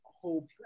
hope